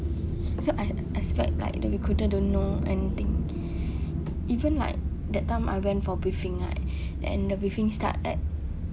so I expect like the recruiter to know anything even like that time I went for briefing right and the briefing start at